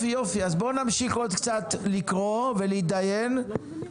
אם הגדרתי מכסות חדשות ודאי